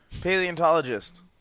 Paleontologist